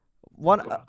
One